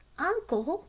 uncle,